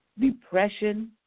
Depression